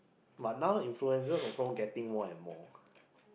but now influencer also getting more and more